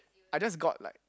I just got like